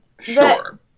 sure